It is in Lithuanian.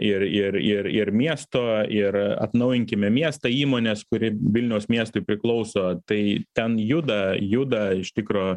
ir ir ir ir miesto ir atnaujinkime miestą įmonės kuri vilniaus miestui priklauso tai ten juda juda iš tikro